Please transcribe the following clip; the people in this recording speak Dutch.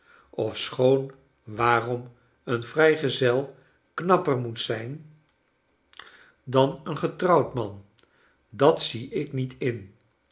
ofschoon waarom een vrijgezel knapper moet zijn dan een getrouwd man dat zie ik niet in